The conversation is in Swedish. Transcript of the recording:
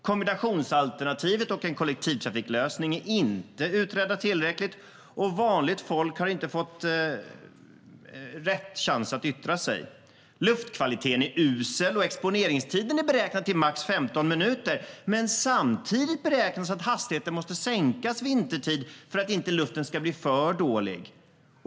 Kombinationsalternativet och en kollektivtrafiklösning är inte tillräckligt utredda, och vanligt folk har inte fått rätt chans att yttra sig. Luftkvaliteten är usel, och exponeringstiden är beräknad till max 15 minuter. Men samtidigt beräknas det att hastigheten måste sänkas vintertid för att luften inte ska bli för dålig.